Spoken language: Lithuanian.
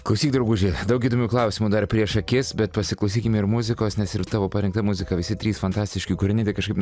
klausyk drauguži daug įdomių klausimų dar prieš akis bet pasiklausykime ir muzikos nes ir tavo parinkta muzika visi trys fantastiški kūriniai tai kažkaip